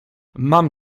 mam